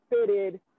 fitted